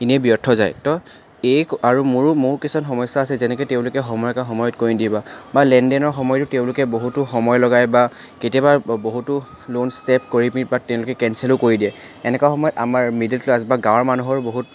এনেই ব্যৰ্থ যায় তো এই মোৰো কিছুমান সমস্যা আছে যেনেকৈ তেওঁলোকে সময়ৰ কাম সময়ত কৰি নিদিয়ে বা লেনদেনৰ সময়তো তেওঁলোকে বহুতো সময় লগায় বা কেতিয়াবা ব বহুতো লোণ ষ্টে' কৰি পেনি বা তেওঁলোকে কেঞ্চেলো কৰি দিয়ে এনেকুৱা সময়ত আমাৰ মিডিল ক্লাছ বা গাঁৱৰ মানুহৰ বহুত